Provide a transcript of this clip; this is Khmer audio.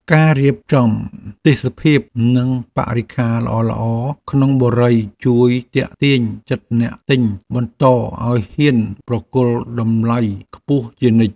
ការរៀបចំទេសភាពនិងបរិក្ខារល្អៗក្នុងបុរីជួយទាក់ទាញចិត្តអ្នកទិញបន្តឱ្យហ៊ានប្រគល់តម្លៃខ្ពស់ជានិច្ច។